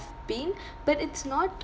been but it's not